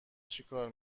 چیکار